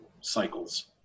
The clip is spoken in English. cycles